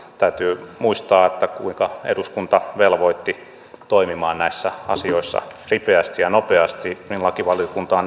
täytyy muistaa kuinka eduskunta velvoitti toimimaan näissä asioissa ripeästi ja nopeasti ja lakivaliokunta on näin toiminut